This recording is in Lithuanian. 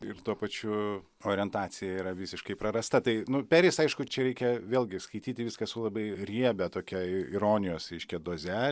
ir tuo pačiu orientacija yra visiškai prarasta tai nu peris aišku čia reikia vėlgi skaityti viską su labai riebia tokia ironijos reiškia doze